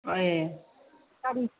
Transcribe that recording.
ए गारि